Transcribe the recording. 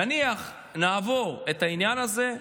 נניח שנעבור את העניין הזה,